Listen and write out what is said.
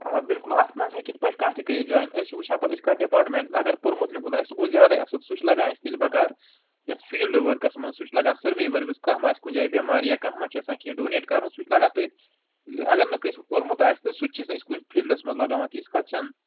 آ بلکُل اَتھ منٛز ہیٚکہِ یِتھ پٲٹھۍ کانٛہہ تہِ کٔرِتھ جویِن أسۍ چھِ وٕچھان پتہٕ أسۍ کَتھ ڈِپارٹمنٹ اگر پوٚرمُت لیوٚکھمُت آسہِ سُہ گوٚو زیادَے اَصٕل سُہ چھُ لَگان اَسہِ تیٚلہِ بَکار یَتھ فیٖلڈٕ ؤرکس منٛز سُہ چھُ لَگان سٔروے ؤروِس کانٛہہ ما آسہِ کُنہِ جایہِ بٮ۪مار یا کانٛہہ ما چھُ آسان کیٚنٛہہ ڈونیٹ کَرُن سُہ چھُ لَگان تٔتھۍ اگر نہٕ کٲنٛسہِ پوٚرمُت آسہِ تہٕ سُہ تہِ چھِ أسۍ کُنہِ فیٖلڈس منٛز لگاوان تِژھ کَتھ چھَنہٕ